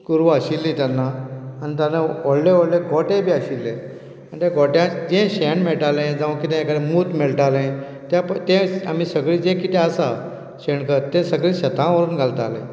गोरवां आशिल्लीं तेन्ना आन् तेन्ना व्हडले व्हडले गोटे बी आशिल्ले आनी त्या गोट्याक जें शेण मेळटालें जावं किदें एकादें मूत मेळटालें तें पळय तें आमी सगळें जें कितें आसा शेणकर तें सगळें शेता व्हरून घालताले